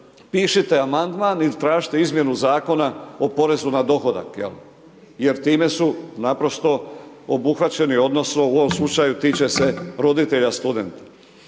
pišite amandman ili tražite izmjenu Zakona o porezu na dohodak, jer time su naprosto obuhvaćeni odnosno u ovom slučaju tiče se roditelja studenta.